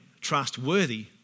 trustworthy